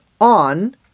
on